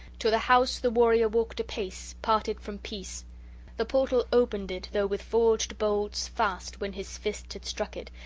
to the house the warrior walked apace, parted from peace the portal opended, though with forged bolts fast, when his fists had struck it,